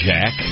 Jack